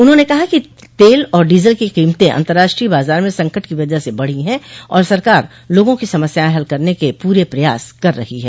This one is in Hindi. उन्होंने कहा कि तेल और डीजल की कीमतें अंतर्राष्ट्रीय बाजार में संकट की वजह से बढ़ी हैं और सरकार लोगों की समस्याएं हल करने के पूरे प्रयास कर रही है